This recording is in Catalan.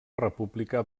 república